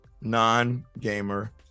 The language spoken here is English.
non-gamer